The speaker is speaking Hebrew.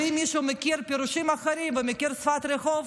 ואם מישהו מכיר פירושים אחרים ומכיר שפת רחוב,